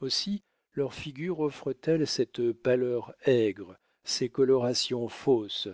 aussi leurs figures offrent elles cette pâleur aigre ces colorations fausses